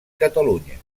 catalunya